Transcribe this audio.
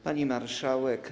Pani Marszałek!